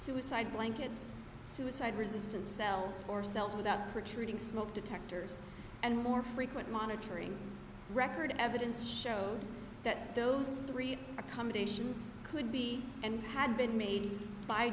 suicide blankets suicide resistant cells or cells without retreating smoke detectors and more frequent monitoring record evidence showed that those three a combination could be and had been made by